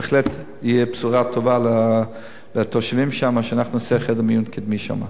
בהחלט תהיה בשורה טובה לתושבים שאנחנו נעשה חדר מיון קדמי שם.